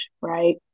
right